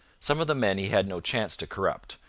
some of the men he had no chance to corrupt,